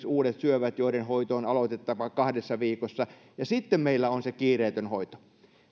uudet syövät joiden hoito on aloitettava kahdessa viikossa ja sitten meillä on se kiireetön hoito